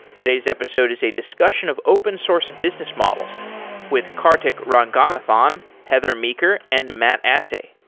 today's episode is a discussion of open source business models with karthik ranganathan, heather meeker and matt asay.